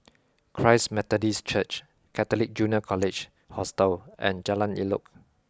Christ Methodist Church Catholic Junior College Hostel and Jalan Elok